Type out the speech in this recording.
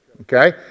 okay